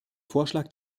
vorschlag